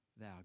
thou